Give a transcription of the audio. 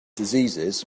diseases